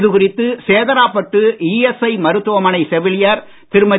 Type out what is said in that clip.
இது குறித்து சேதராப்பட்டு ஈஎஸ்ஐ மருத்துவமனை செவிலியர் திருமதி